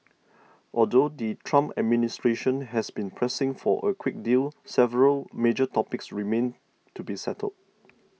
although the Trump administration has been pressing for a quick deal several major topics remain to be settled